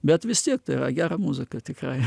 bet vis tiek tai yra gera muzika tikrai